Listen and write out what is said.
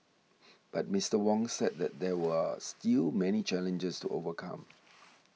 but Mister Wong said that there are still many challenges to overcome